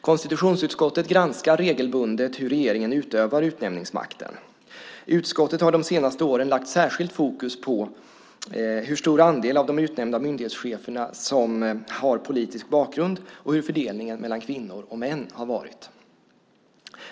Konstitutionsutskottet granskar regelbundet hur regeringen utövar utnämningsmakten. Utskottet har de senaste åren lagt särskilt fokus på hur stor andel av de utnämnda myndighetscheferna som har politisk bakgrund och hur fördelningen mellan kvinnor och män har varit.